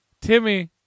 Timmy